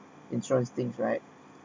insurance thing right